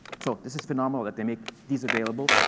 so this is phenomenal that they make these available.